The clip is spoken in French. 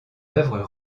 œuvres